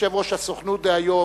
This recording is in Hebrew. יושב-ראש הסוכנות דהיום,